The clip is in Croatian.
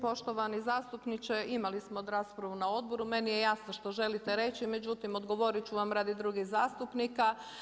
Poštovani zastupniče, imali smo raspravu na odboru, meni je jasno što želite reći, međutim odgovorit ću vam radi drugih zastupnika.